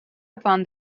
upon